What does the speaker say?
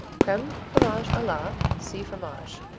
creme, fromage a la see fromage.